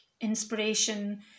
inspiration